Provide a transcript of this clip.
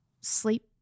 sleep